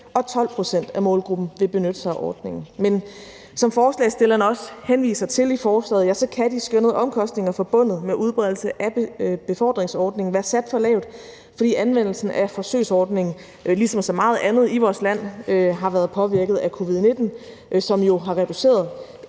og 12 pct. af målgruppen vil benytte sig af ordningen, men som forslagsstillerne også henviser til i forslaget, så kan de skønnede omkostninger forbundet med udbredelsen af befordringsordningen være sat for lavt, fordi anvendelsen af forsøgsordningen ligesom så meget andet i vores land har været påvirket af covid-19, som jo har reduceret